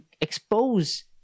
expose